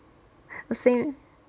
same